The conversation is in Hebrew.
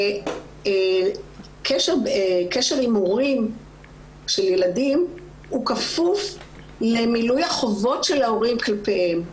שקשר של ילדים עם הורים הוא כפוף למילוי החובות של ההורים כלפיהם.